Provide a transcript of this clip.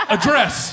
Address